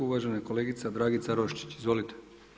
Uvažena kolegica Dragica Roščić, izvolite.